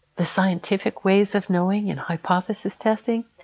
the scientific ways of knowing and hypothesis testing,